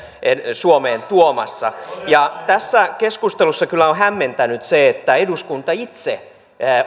suomeen tuomassa tässä keskustelussa on kyllä hämmentänyt se että eduskunta itse